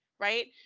right